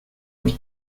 los